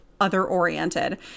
other-oriented